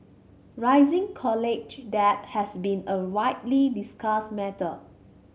rising college debt has been a widely discussed matter